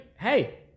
Hey